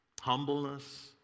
humbleness